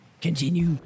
continue